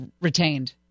retained